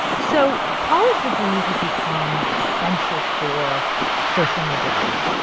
so college degrees have become essential for social mobility,